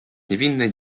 niewinnej